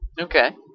Okay